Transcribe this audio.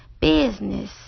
business